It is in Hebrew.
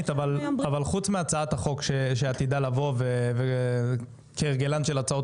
אבל חוץ מהצעת החוק שעתידה לבוא וכהרגלן של הצעות